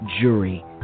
jury